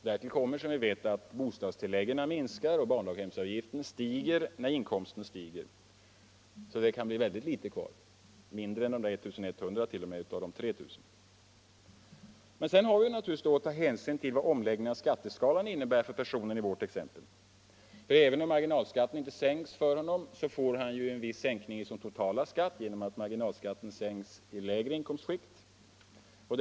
Därtill kommer, som vi vet, att bostadstilläggen minskar och barndaghemsavgiften ökar när inkomsten stiger. Det kan bli synnerligen litet kvar, mindre än 1100 kr. av 3000 kr. Sedan har vi att ta hänsyn till vad omläggningen av skatteskalan innebär för personen i vårt exempel. Även om marginalskatten inte sänks för honom, så får han en viss sänkning av sin totala skatt genom att marginalskatten sänks i lägre inkomstskikt.